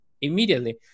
immediately